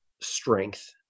strength